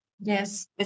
Yes